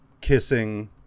kissing